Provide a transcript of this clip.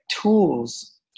tools